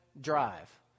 drive